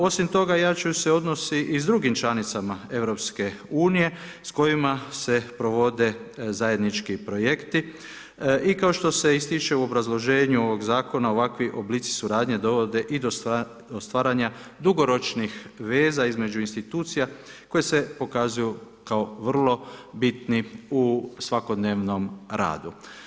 Osim toga, jačaju se odnosi i s drugim članicama EU s kojima se provode zajednički projekti i kao što se ističe u obrazloženju ovog zakona, ovakvi oblici suradnje dovode i do stvaranja dugoročnih veza između institucija koje se pokazuju kao vrlo bitni u svakodnevnom radu.